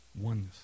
oneness